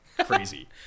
crazy